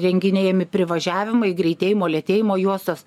renginėjami privažiavimai greitėjimo lėtėjimo juostos